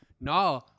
no